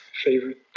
Favorite